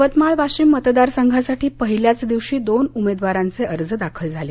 यवतमाळ वाशिम मतदारसंघासाठी पहिल्याच दिवशी दोन उमेदवारांचे अर्ज दाखल झाले